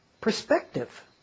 perspective